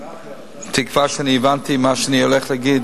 בתקווה שהבנתי מה שאני הולך להגיד.